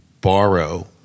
borrow